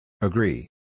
Agree